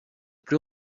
plus